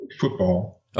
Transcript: football